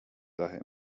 daher